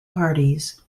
parties